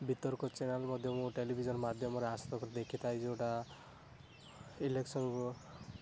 ବିତର୍କ ଚ୍ୟାନେଲ୍ ମଧ୍ୟ ମୁଁ ଟେଲିଭିଜନ୍ ମାଧ୍ୟମରେ ଆଜ୍ ତକ୍ରେ ଦେଖିଥାଏ ଯେଉଁଟା ଇଲେକ୍ସନ୍